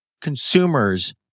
consumers